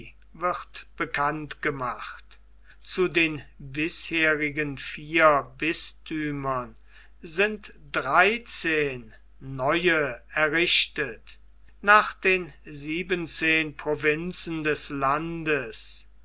wird bekannt gemacht zu den bisherigen vier bisthümern sind dreizehn neue errichtet nach den siebenzehn provinzen des landes